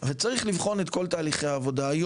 וצריך לבחון את כל תהליכי העבודה.